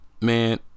man